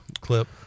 clip